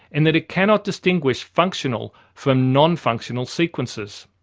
in that it cannot distinguish functional from non-functional sequences.